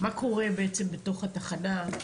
מה קורה בעצם בתוך התחנה?